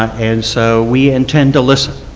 um and so we intend to listen.